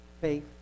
faith